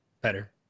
Better